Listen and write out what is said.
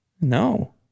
No